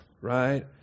right